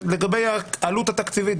לגבי העלות התקציבית,